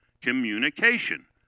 Communication